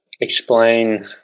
explain